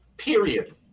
period